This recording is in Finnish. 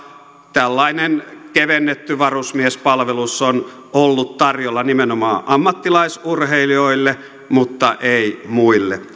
tällainen kevennetty varusmiespalvelus on ollut tarjolla nimenomaan ammattilaisurheilijoille mutta ei muille